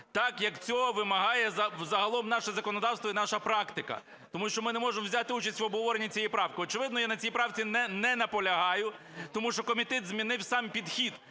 так як цього вимагає загалом наше законодавство і наша практика. Тому що ми не можемо взяти участь в обговоренні цієї правки. Очевидно, я на цій правці не наполягаю. Тому що комітет змінив сам підхід!